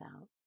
out